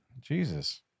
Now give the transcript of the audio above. Jesus